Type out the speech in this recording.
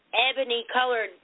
ebony-colored